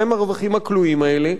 מה הם הרווחים הכלואים האלה?